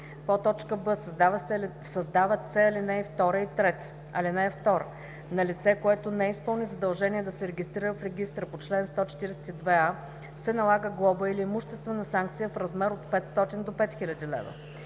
1; б) създават се ал. 2 и 3: „(2) На лице, което не изпълни задължение да се регистрира в регистъра по чл. 142а, се налага глоба или имуществена санкция в размер от 500 до 5 000 лв.